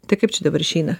tai kaip čia dabar išeina